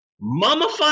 mummified